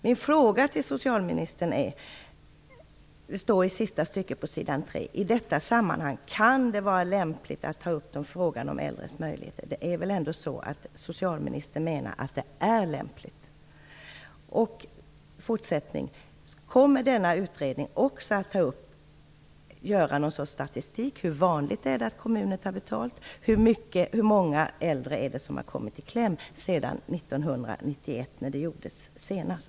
Det står i sista stycket på s. 3: "I detta sammanhang kan det vara lämpligt att ta upp frågan om äldres möjligheter -." Det är väl ändå så att socialministern menar att det är lämpligt? Kommer utredningen också att göra någon sorts statistik över hur vanligt det är att kommuner tar betalt och över hur många äldre det är som har kommit i kläm sedan 1991 när det gjordes senast?